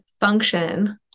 function